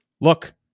look